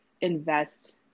invest